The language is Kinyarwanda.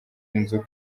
inzu